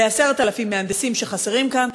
ל-10,000 מהנדסים שחסרים כאן,